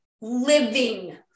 living